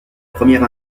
première